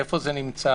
איפה זה נמצא,